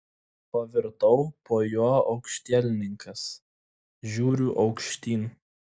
pavirtau po juo aukštielninkas žiūriu aukštyn